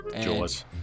Jaws